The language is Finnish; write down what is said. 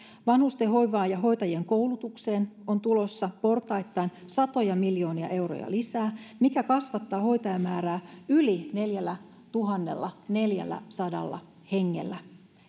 vanhustenhoivaan ja hoitajien koulutukseen on tulossa portaittain satoja miljoonia euroja lisää mikä kasvattaa hoitajamäärää yli neljällätuhannellaneljälläsadalla hengellä